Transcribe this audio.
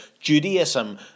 Judaism